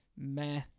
meh